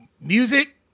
music